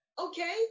okay